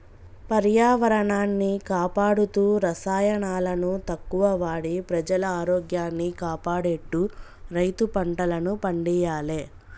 పర్యావరణాన్ని కాపాడుతూ రసాయనాలను తక్కువ వాడి ప్రజల ఆరోగ్యాన్ని కాపాడేట్టు రైతు పంటలను పండియ్యాలే